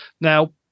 Now